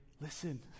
listen